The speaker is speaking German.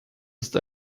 ist